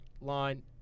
line